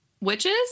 witches